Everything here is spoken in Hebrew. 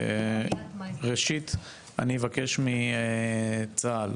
ראשית, אני אבקש מצה"ל,